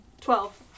Twelve